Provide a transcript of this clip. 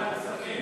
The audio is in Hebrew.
ועדת כספים.